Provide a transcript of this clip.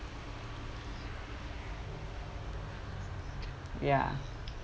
ya